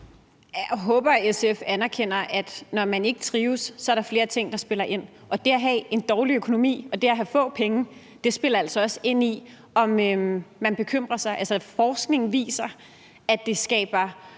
Jeg håber, SF anerkender, at når man ikke trives, er der flere ting, der spiller ind, og det at have en dårlig økonomi, det at have få penge spiller altså også ind, i forhold til om man bekymrer sig. Altså, forskningen viser, at det skaber